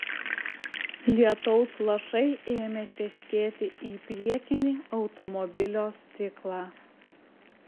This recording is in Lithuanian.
lietaus lašai ėmė teškėti į priekinį automobilio stiklą